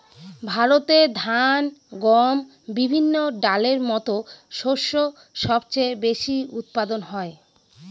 ভারতে ধান, গম, বিভিন্ন ডালের মত শস্য সবচেয়ে বেশি উৎপাদন হয়